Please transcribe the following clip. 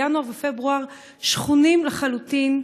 ינואר ופברואר, שחונים לחלוטין.